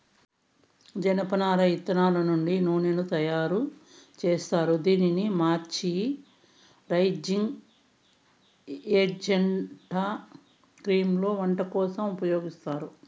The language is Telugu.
జనపనార ఇత్తనాల నుండి నూనెను తయారు జేత్తారు, దీనిని మాయిశ్చరైజింగ్ ఏజెంట్గా క్రీమ్లలో, వంట కోసం ఉపయోగిత్తారు